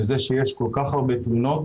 וזה שיש כל כך הרבה תלונות,